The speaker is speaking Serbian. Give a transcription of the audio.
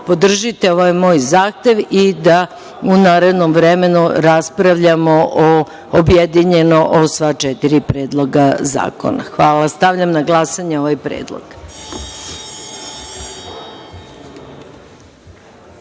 podržite ovaj moj zahtev i da u narednom vremenu raspravljamo objedinjeno o sva četiri predloga zakona. Hvala. Stavljam na glasanje ovaj